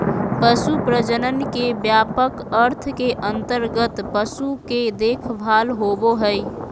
पशु प्रजनन के व्यापक अर्थ के अंतर्गत पशु के देखभाल होबो हइ